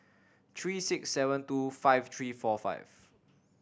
three six seven two five three four five